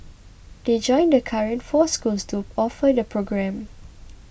they join the current four schools to offer the programme